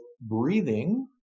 breathing